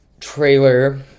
trailer